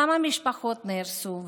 כמה משפחות נהרסו?